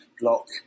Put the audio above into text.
block